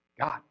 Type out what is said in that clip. God